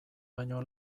baino